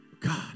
God